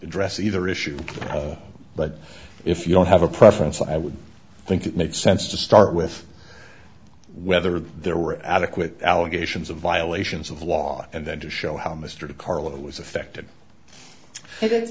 address either issue but if you don't have a preference i would think it made sense to start with whether there were adequate allegations of violations of law and then to show how mr de carlo was affected it is